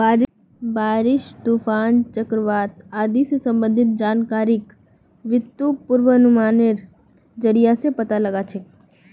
बारिश, तूफान, चक्रवात आदि स संबंधित जानकारिक बितु पूर्वानुमानेर जरिया स पता लगा छेक